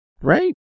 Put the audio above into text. Right